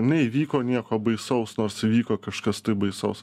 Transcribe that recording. neįvyko nieko baisaus nors įvyko kažkas baisaus